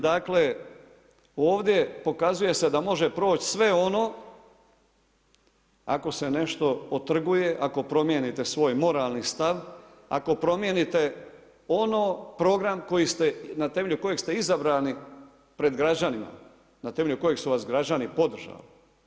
Dakle ovdje pokazuje se da može proći sve ono ako se nešto otrguje, ako promijenite svoj moralni stav, ako promijenite ono, program koji ste, na temelju kojeg ste izabrani pred građanima, na temelju kojeg su vas građani podržali.